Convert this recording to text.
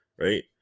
right